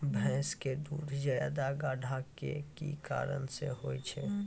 भैंस के दूध ज्यादा गाढ़ा के कि कारण से होय छै?